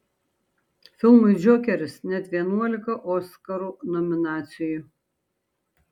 filmui džokeris net vienuolika oskarų nominacijų